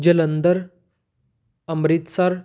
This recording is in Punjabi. ਜਲੰਧਰ ਅੰਮ੍ਰਿਤਸਰ